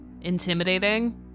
intimidating